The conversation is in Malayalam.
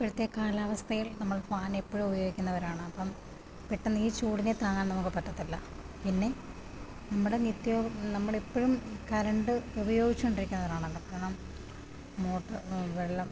ഇപ്പഴത്തെ കാലാവസ്ഥയിൽ നമ്മള് ഫാനെപ്പഴും ഉപയോഗിക്കുന്നവരാണ് അപ്പോള് പെട്ടെന്ന് ഈ ചൂടിനെ താങ്ങാൻ നമുക്ക് പറ്റത്തില്ല പിന്നെ നമ്മുടെ നിത്യോ നമ്മളെപ്പോഴും കറണ്ട് ഉപയോഗിച്ചുകൊണ്ടിരിക്കുന്നവരാണല്ലോ കാരണം മോട്ടോര് വെള്ളം